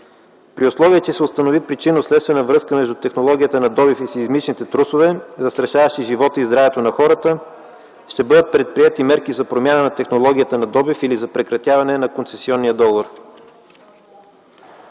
При условие, че се установи причинно-следствена връзка между технологията на добив и сеизмичните трусове, застрашаващи живота и здравето на хората, ще бъдат предприети мерки за промяна на технологията на добив или за прекратяване на концесионния договор.